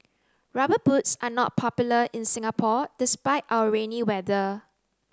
rubber boots are not popular in Singapore despite our rainy weather